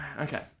Okay